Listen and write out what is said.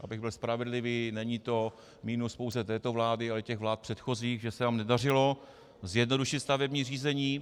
Abych byl spravedlivý, není to minus pouze této vlády, ale i těch vlád předchozích, že se nám nedařilo zjednodušit stavební řízení.